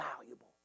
valuable